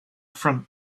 front